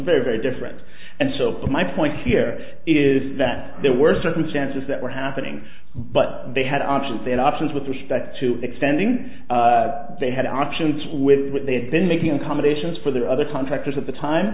very very different and so my point here is that there were circumstances that were happening but they had options and options with respect to extending they had options with what they had been making accommodations for the other contractors at the